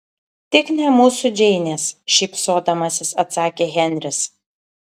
tik ne mūsų džeinės šypsodamasis atsakė henris